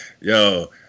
yo